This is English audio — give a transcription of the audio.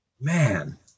man